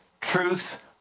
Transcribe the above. truth